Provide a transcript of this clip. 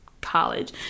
college